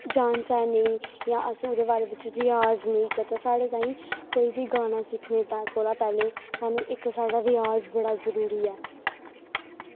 जान जां नेईं अस ओह्दे बारे बिच्च रिआज़ नेईं करचै ओह्दै ताहीं साढ़े च कोई बी गानां सिक्खने कोला दा पैह्ले सानूं इक साढ़ा रिआज़ बड़ा जरूरी ऐ